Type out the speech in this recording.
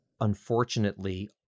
unfortunately